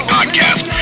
Podcast